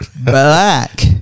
Black